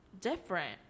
different